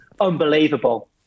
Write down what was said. unbelievable